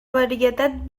varietat